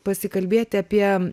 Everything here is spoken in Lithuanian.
pasikalbėti apie